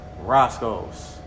Roscoe's